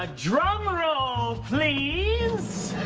ah drum roll, please.